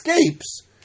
escapes